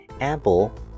Apple